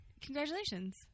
congratulations